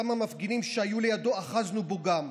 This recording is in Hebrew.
כמה מפגינים שהיו לידו, אחזנו בו גם.